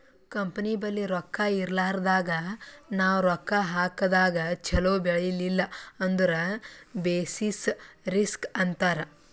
company ಬಲ್ಲಿ ರೊಕ್ಕಾ ಇರ್ಲಾರ್ದಾಗ್ ನಾವ್ ರೊಕ್ಕಾ ಹಾಕದಾಗ್ ಛಲೋ ಬೆಳಿಲಿಲ್ಲ ಅಂದುರ್ ಬೆಸಿಸ್ ರಿಸ್ಕ್ ಅಂತಾರ್